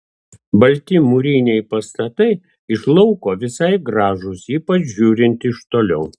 balti mūriniai pastatai iš lauko visai gražūs ypač žiūrint iš toliau